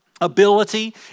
ability